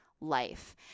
life